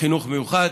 חינוך מיוחד.